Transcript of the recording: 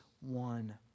one